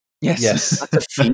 yes